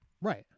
right